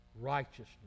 righteousness